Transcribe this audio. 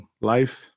life